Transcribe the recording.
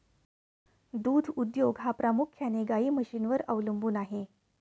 दूध उद्योग हा प्रामुख्याने गाई म्हशींवर अवलंबून आहे